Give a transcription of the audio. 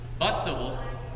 bustable